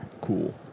cool